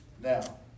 Now